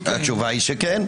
התשובה היא שכן.